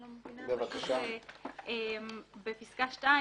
בפסקה (2):